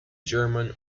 german